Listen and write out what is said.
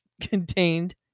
contained